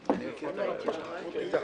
בבקשה.